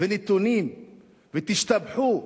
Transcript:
ונתונים ותשתפכו,